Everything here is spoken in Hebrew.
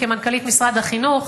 כמנכ"לית משרד החינוך.